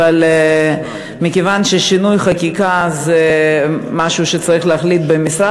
אבל מכיוון ששינוי חקיקה זה משהו שצריך להחליט עליו במשרד,